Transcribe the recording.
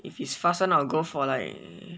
if it's fast [one] I will go for like